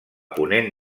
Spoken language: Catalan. ponent